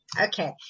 Okay